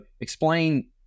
explain